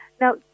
now